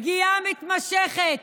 פגיעה מתמשכת